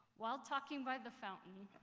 while talking by the fountain